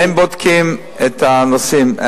הם בודקים את הנושאים.